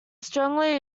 strongly